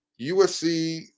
USC